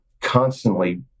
constantly